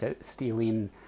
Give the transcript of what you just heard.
stealing